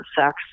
sex